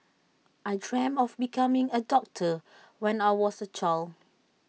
I dreamt of becoming A doctor when I was A child